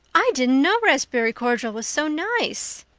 i didn't know raspberry cordial was so nice.